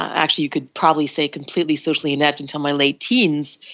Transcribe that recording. actually you could probably say completely socially inactive until my late teens.